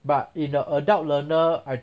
but in a adult learner I